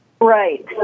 right